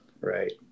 right